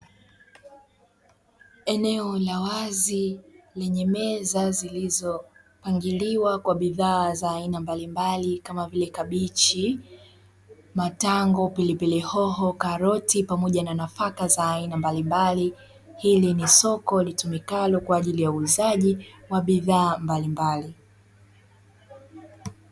Eneo la wazi lenye meza zilizopangiliwa kwa bidhaa za aina mbalimbali kama vile kabichi, matango, pilipili hoho, karoti pamoja na nafaka za aina mbalimbali, hili ni soko litumikalo kwa ajili ya uuzaji wa bidhaa mbalimbali.